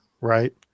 right